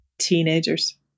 teenagers